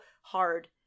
hard